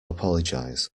apologize